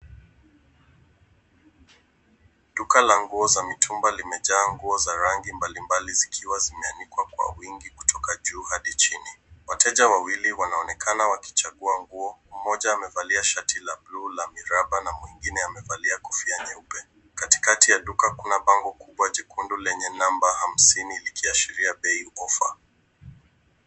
Duka la nguo za mitumba limejaa nguo za rangi mbalimbali zikiwa zimeanikwa kwa wingi kutoka juu hadi chini. Wateja wawili wanaonekana wakichagua nguo, mmoja amevalia shati la bluu la miraba na mwingine amevalia kofia nyeupe. Katikati ya duka kuu kuna bango kubwa jekundu lenye namba hamsini likiashiria bei offer .